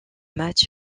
match